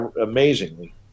amazingly